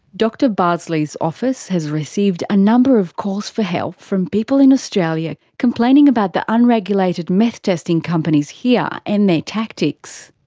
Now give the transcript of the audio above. dr bardsley's office has received a number of calls for help from people in australia complaining about the unregulated meth testing companies here and their tactics.